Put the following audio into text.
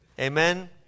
Amen